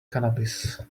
cannabis